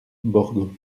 borgo